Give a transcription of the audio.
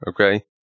Okay